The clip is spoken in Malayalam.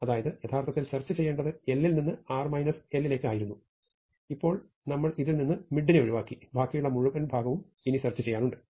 അതായത് യഥാർത്ഥത്തിൽ സെർച്ച് ചെയ്യേണ്ടത് l ൽനിന്ന് r 1 ലേക്ക് ആയിരുന്നു ഇപ്പോൾ നമ്മൾ ഇതിൽ നിന്ന് mid നെ ഒഴിവാക്കി ബാക്കിയുള്ള മുഴുവൻ ഭാഗവും ഇനി സെർച്ച് ചെയ്യാനുണ്ട്